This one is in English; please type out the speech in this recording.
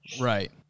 Right